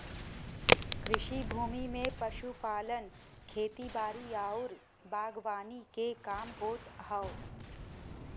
कृषि भूमि में पशुपालन, खेती बारी आउर बागवानी के काम होत हौ